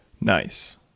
Nice